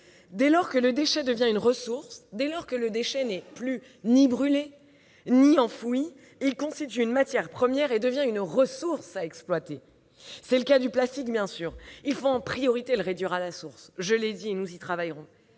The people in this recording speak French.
Dès lors que le déchet devient une ressource, dès lors qu'il n'est plus ni brûlé ni enfoui, il constitue une matière première et devient une ressource à exploiter. C'est le cas du plastique, bien sûr : il faut en priorité le réduire à la source- je l'ai dit et nous y travaillerons